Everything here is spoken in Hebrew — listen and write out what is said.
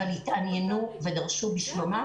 אבל התעניינו ודרשו בשלומם.